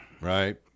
right